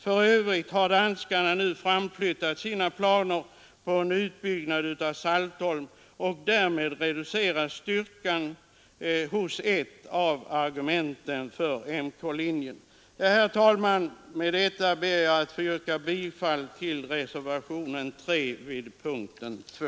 För övrigt har danskarna nu framflyttat sina planer på en utbyggnad av Saltholm. Därmed reduceras styrkan hos ett av argumenten för MK-linjen. Herr talman! Med detta ber jag att få yrka bifall till reservationen 3 vid punkten 2.